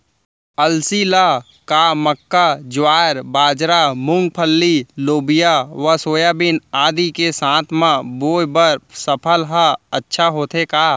अलसी ल का मक्का, ज्वार, बाजरा, मूंगफली, लोबिया व सोयाबीन आदि के साथ म बोये बर सफल ह अच्छा होथे का?